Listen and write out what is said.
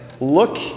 look